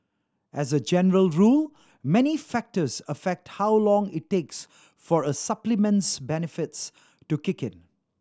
as a general rule many factors affect how long it takes for a supplement's benefits to kick in